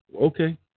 okay